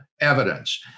evidence